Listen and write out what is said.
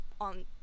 on